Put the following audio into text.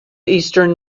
eastern